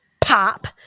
pop